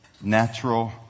natural